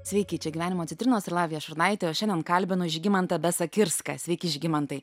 sveiki čia gyvenimo citrinos ir lavija šurnaitė o šiandien kalbinu žygimantą besakirską sveiki žygimantai